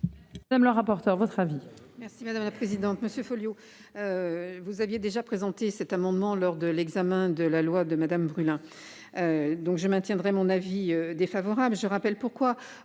Même le rapporteur, votre avis.